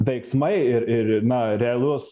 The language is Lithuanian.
veiksmai ir ir ir na realus